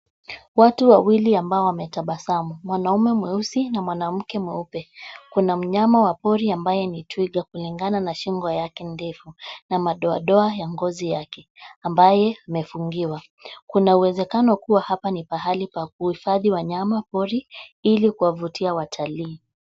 Watu wawili ambao wametabasamu, mwanaume mweusi na mwanamke mweupe. Kuna mnyama wa pori ambaye ni twiga kulingana na shingo yake ndefu na madoadoa ya ngozi yake ambaye amefungiwa. Kuna uwezekano kuwa hapa ni pahali pa kuhifadhi wanyama pori ili kuwavutia watalii.